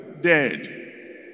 dead